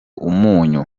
umunyu